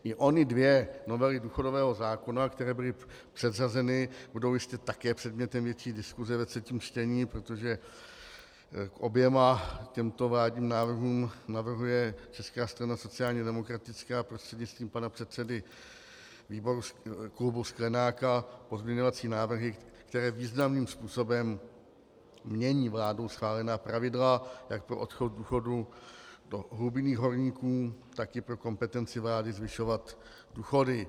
I ony dvě novely důchodového zákona, které byly předřazeny, budou ještě také předmětem větší diskuse ve třetím čtení, protože k oběma těmto vládním návrhům navrhuje Česká strana sociálně demokratická prostřednictvím pana předsedy klubu Sklenáka pozměňovací návrhy, které významným způsobem mění vládou schválená pravidla jak pro odchod do důchodu hlubinných horníků, tak i pro kompetenci vlády zvyšovat důchody.